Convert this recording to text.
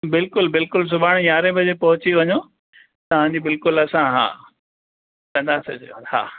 बिल्कुलु बिल्कुलु सुभाणे यारहें बजे पहुची वञों तव्हां जी बिल्कुलु असां हा कंदासीं सेवा हा